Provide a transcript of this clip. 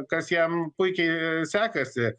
kas jam puikiai sekasi